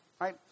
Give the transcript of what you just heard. right